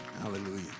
Hallelujah